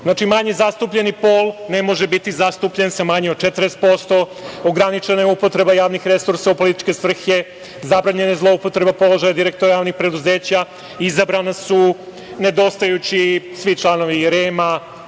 znači manje zastupljeni pol ne može biti zastupljen sa manje od 40%, ograničena je upotreba javnih resursa u političke svrhe, zabranjena je zloupotreba položaja direktora javnih preduzeća, izabrani su nedostajući svi članovi REM-a,